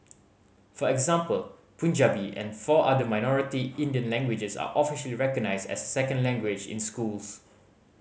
for example Punjabi and four other minority Indian languages are officially recognised as a second language in schools